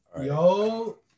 yo